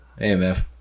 AMF